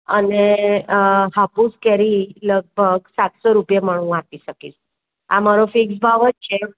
અને હાફુસ કેરી લગભગ સાતસો રૂપિયા મણ હું આપીશ શકીશ આ મારો ફિક્સ ભાવ જ છે